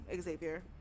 Xavier